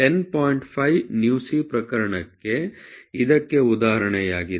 5 µc ಪ್ರಕರಣ ಇದಕ್ಕೆ ಉದಾಹರಣೆಯಾಗಿದೆ